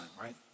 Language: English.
right